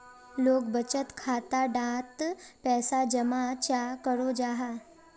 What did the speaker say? लोग बचत खाता डात पैसा जमा चाँ करो जाहा?